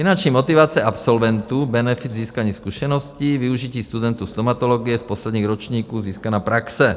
Finanční motivace absolventů, benefit, získání zkušeností, využití studentů stomatologie z posledních ročníků, získaná praxe.